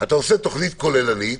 אתה עושה תוכנית כוללנית,